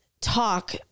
talk